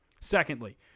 Secondly